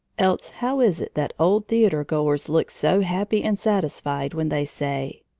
else how is it that old theater-goers look so happy and satisfied when they say